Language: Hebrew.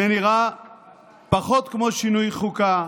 זה נראה פחות כמו שינוי חוקה